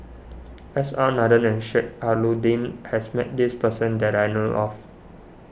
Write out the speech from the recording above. S R Nathan and Sheik Alau'ddin has met this person that I know of